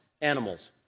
animals